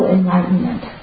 enlightenment